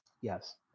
Yes